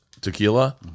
tequila